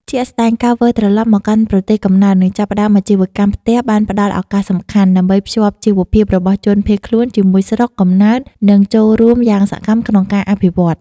ជាក់ស្តែង ការវិលត្រឡប់មកកាន់ប្រទេសកំណើត និងចាប់ផ្តើមអាជីវកម្មផ្ទះបានផ្ដល់ឱកាសសំខាន់ ដើម្បីភ្ជាប់ជីវភាពរបស់ជនភៀសខ្លួនជាមួយស្រុក កំណើត និងចូលរួមយ៉ាងសកម្មក្នុងការអភិវឌ្ឍ។